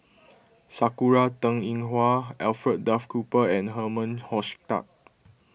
Sakura Teng Ying Hua Alfred Duff Cooper and Herman Hochstadt